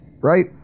right